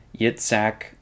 Yitzhak